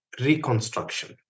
reconstruction